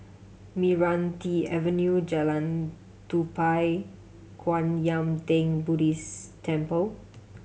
Meranti Avenue Jalan Tupai Kwan Yam Theng Buddhist Temple